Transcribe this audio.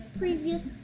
previous